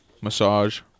massage